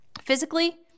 Physically